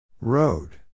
Road